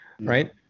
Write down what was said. right